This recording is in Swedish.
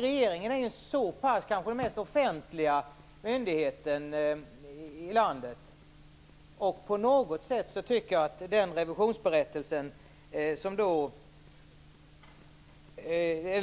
Regeringen är ju den kanske mest offentliga myndigheten i landet, och på något sätt tycker jag att den revisionsberättelse som handlar om